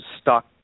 stuck